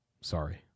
Sorry